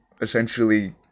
essentially